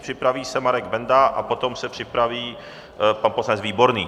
Připraví se Marek Benda a potom se připraví pan poslanec Výborný.